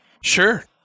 Sure